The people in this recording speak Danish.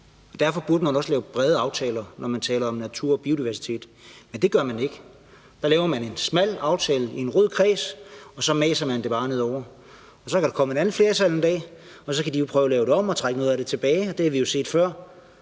derfor burde man også lave brede aftaler, når man taler om natur og biodiversitet, men det gør man ikke. Der laver man en smal aftale i en rød kreds, og så maser man det bare ned over det hele. Så kan der komme et andet flertal en dag, som kan prøve at lave det om og trække noget af det tilbage; det har vi set før.